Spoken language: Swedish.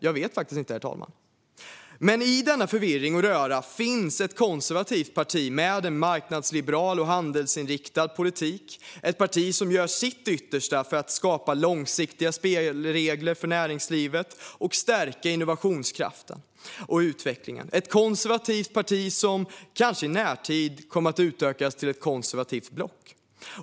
Jag vet faktiskt inte, herr talman. Men i denna förvirring och röra finns ett konservativt parti med en marknadsliberal och handelsinriktad politik, ett parti som gör sitt yttersta för att skapa långsiktiga spelregler för näringslivet och stärka innovationskraften och utvecklingen, ett konservativt parti som kanske i närtid kommer att utökas till ett konservativt block.